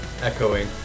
echoing